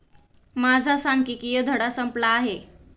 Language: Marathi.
माझा सांख्यिकीय धडा संपला आहे